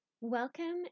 Welcome